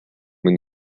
toob